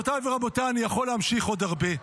גבירותיי ורבותיי, אני יכול להמשיך עוד הרבה.